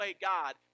God